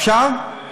אפשר?